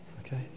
Okay